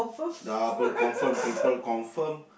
double confirm triple confirm